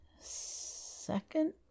second